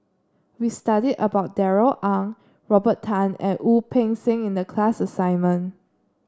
we studied about Darrell Ang Robert Tan and Wu Peng Seng in the class assignment